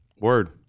word